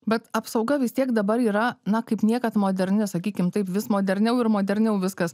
bet apsauga vis tiek dabar yra na kaip niekad moderni sakykim taip vis moderniau ir moderniau viskas